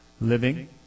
Living